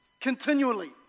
continually